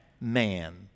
man